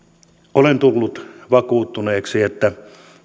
olen tullut vakuuttuneeksi että